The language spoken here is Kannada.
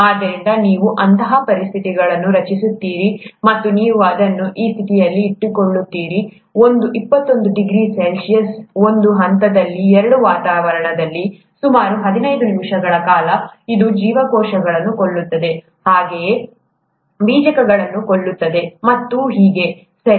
ಆದ್ದರಿಂದ ನೀವು ಅಂತಹ ಪರಿಸ್ಥಿತಿಗಳನ್ನು ರಚಿಸುತ್ತೀರಿ ಮತ್ತು ನೀವು ಅದನ್ನು ಆ ಸ್ಥಿತಿಯಲ್ಲಿ ಇಟ್ಟುಕೊಳ್ಳುತ್ತೀರಿ ಒಂದು ಇಪ್ಪತ್ತೊಂದು ಡಿಗ್ರಿ C ಒಂದು ಹಂತದಲ್ಲಿ ಎರಡು ವಾತಾವರಣದಲ್ಲಿ ಸುಮಾರು 15 ನಿಮಿಷಗಳ ಕಾಲ ಇದು ಜೀವಕೋಶಗಳನ್ನು ಕೊಲ್ಲುತ್ತದೆ ಹಾಗೆಯೇ ಬೀಜಕಗಳನ್ನು ಕೊಲ್ಲುತ್ತದೆ ಮತ್ತು ಹೀಗೆ ಸರಿ